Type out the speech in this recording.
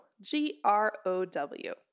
G-R-O-W